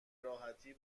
راحتی